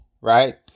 right